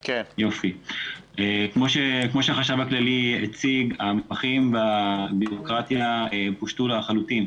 כמו שנציג החשב הכללי הציג המסמכים והבירוקרטיה פושטו לחלוטין.